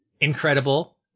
incredible